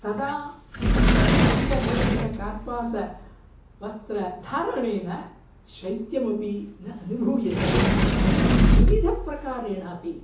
तदा हस्तनिर्मित कर्पासवस्त्रं धारणेन शैत्यमपि न अनुभूयते द्विविधः प्रकारेणापि